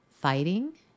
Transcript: fighting